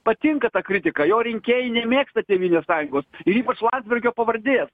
patinka ta kritika jo rinkėjai nemėgsta tėvynės sąjungos ir ypač landsbergio pavardės